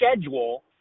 schedule